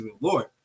Lord